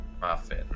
Muffin